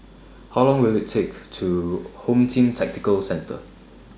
How Long Will IT Take to Home Team Tactical Centre